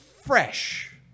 Fresh